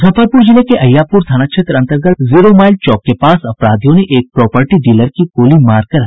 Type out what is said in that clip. मूजफ्फरपूर जिले के अहियापूर थाना क्षेत्र अन्तर्गत जीरोमाईल चौक के पास अपराधियों ने एक प्रोपर्टी डीलर की गोली मार कर हत्या कर दी